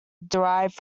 derived